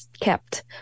kept